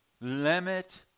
limit